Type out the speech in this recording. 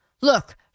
look